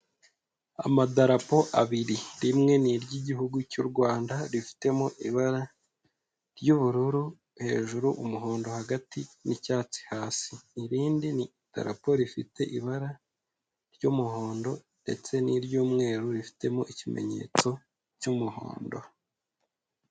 Amadarapo abiri rimwe ni iry'Igihugu cy'u Rwanda, rifitemo ibara ry'ubururu hejuru umuhondo hagati icyatsi hasi, irindi ni darapo rifite ibara ry'umuhondo ndetse n'iry'umweru rifitemo ikimenyetso cy'umuhondo.